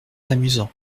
amusant